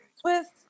twist